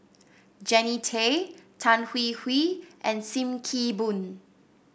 Jannie Tay Tan Hwee Hwee and Sim Kee Boon